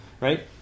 right